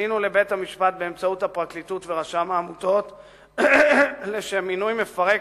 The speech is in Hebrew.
פנינו לבית-המשפט באמצעות הפרקליטות ורשם העמותות לשם מינוי מפרק,